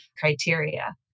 criteria